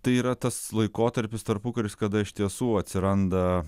tai yra tas laikotarpis tarpukaris kada iš tiesų atsiranda